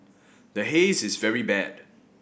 the Haze is very bad